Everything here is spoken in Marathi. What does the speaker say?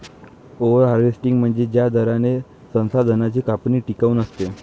ओव्हर हार्वेस्टिंग म्हणजे ज्या दराने संसाधनांची कापणी टिकाऊ नसते